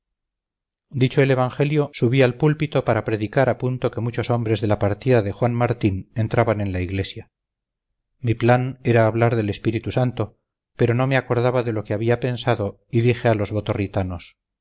dicho el evangelio subí al púlpito para predicar a punto que muchos hombres de la partida de juan martín entraban en la iglesia mi plan era hablar del espíritu santo pero no me acordaba de lo que había pensado y dije a los